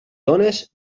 dónes